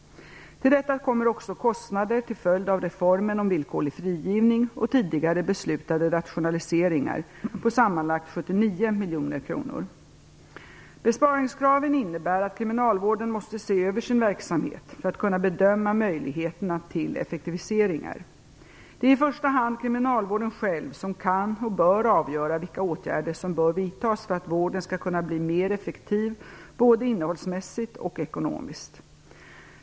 Till detta kommer också kostnader till följd av reformen om villkorlig frigivning och tidigare beslutade rationaliseringar på sammanlagt 79 miljoner kronor. Besparingskraven innebär att kriminalvården måste se över sin verksamhet för att kunna bedöma möjligheterna till effektiviseringar. Det är i första hand kriminalvården själv som kan och bör avgöra vilka åtgärder som bör vidtas för att vården skall kunna bli mer effektiv både innehållsmässigt och ekonomiskt.